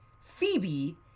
Phoebe